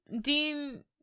dean